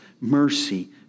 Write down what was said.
mercy